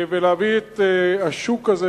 ולהביא את השוק הזה,